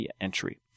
entry